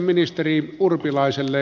arvoisa puhemies